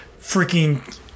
freaking